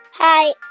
Hi